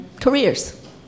careers